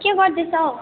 के गर्दैछौ